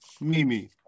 Mimi